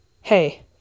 Hey